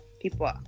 people